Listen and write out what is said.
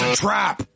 trap